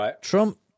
Trump